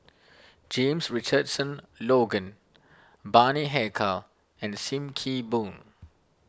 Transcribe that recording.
James Richardson Logan Bani Haykal and Sim Kee Boon